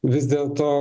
vis dėl to